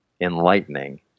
enlightening